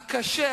הקשה,